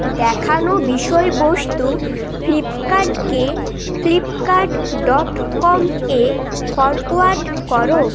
দেখানো বিষয়বস্তু ফ্লিপকার্টকে ফ্লিপকার্ট ডট কম এ ফরওয়ার্ড করো